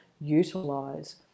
utilize